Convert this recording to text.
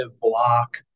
block